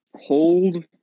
hold